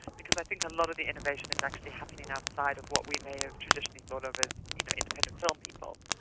because i think a lot of the innovation is actually happening outside of what we may have traditionally thought of as ah you know independent film people.